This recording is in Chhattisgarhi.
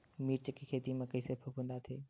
मिर्च के खेती म कइसे फफूंद आथे?